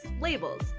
labels